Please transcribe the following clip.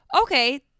okay